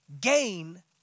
gain